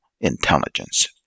intelligence